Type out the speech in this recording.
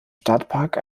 stadtpark